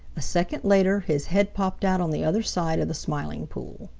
a second later his head popped out on the other side of the smiling pool.